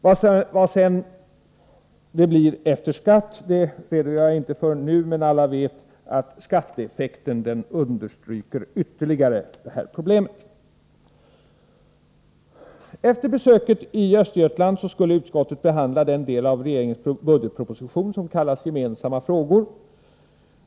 Vad det sedan blir efter skatt redogör.jag inte för nu, men alla vet att skatteeffekten' ytterligare understryker de här problemen., Efter. besöket: i Östergötland skulle, utskottet behandla den, del. av regeringens budgetproposition som, kallas Gemensamma frågor.